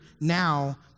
now